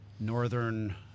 Northern